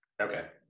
Okay